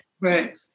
Right